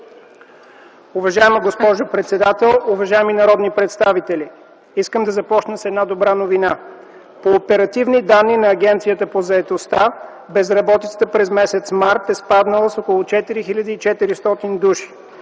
Уважаема госпожо председател, уважаеми народни представители! Искам да започна с една добра новина. По оперативни данни на Агенцията по заетостта безработицата през м. март е спаднала с около 4400 души.